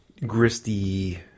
gristy